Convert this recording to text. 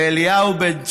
אליהו בית צורי,